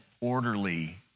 orderly